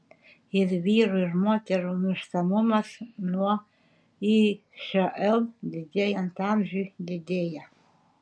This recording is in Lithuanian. ir vyrų ir moterų mirštamumas nuo išl didėjant amžiui didėja